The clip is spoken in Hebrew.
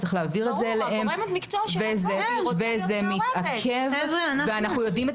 צריך להעביר את זה אליהם וזה מתעכב ואנחנו יודעים את